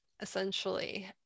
essentially